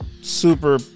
super